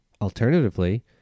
alternatively